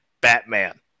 Batman